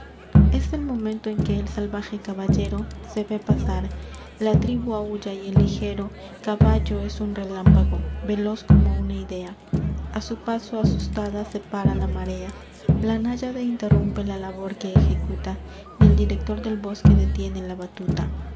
es el momento en que el salvaje caballero se ve pasar la tribu aulla y el ligero caballo es un relámpago veloz como una idea a su paso asustada se para la marea la náyade interrumpe la labor que ejecuta y el director del bosque detiene la batuta qué